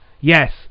Yes